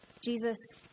Jesus